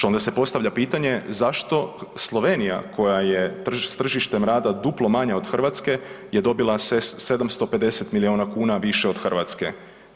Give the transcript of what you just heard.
Onda se postavlja pitanje zašto Slovenija koja je s tržištem rad duplo manja od Hrvatske je dobila 750 miliona kuna više od Hrvatske.